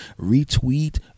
retweet